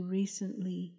recently